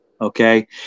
Okay